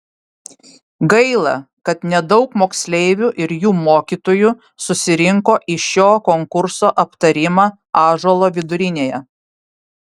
gaila kad nedaug moksleivių ir jų mokytojų susirinko į šio konkurso aptarimą ąžuolo vidurinėje